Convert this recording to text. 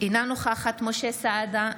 אינה נוכחת משה סעדה,